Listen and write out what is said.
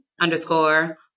underscore